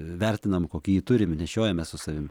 vertinam kokį jį turim nešiojame su savimi